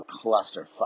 clusterfuck